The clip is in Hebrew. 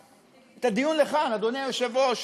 את הדיון לכאן, אדוני היושב-ראש.